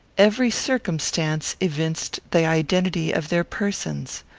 every circumstance evinced the identity of their persons.